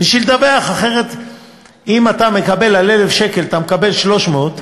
בשביל לדווח, אחרת, אם על 1,000 שקל אני מקבל 300,